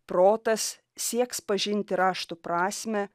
protas sieks pažinti raštų prasmę